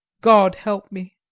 god help me!